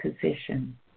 position